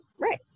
Right